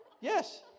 Yes